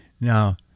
now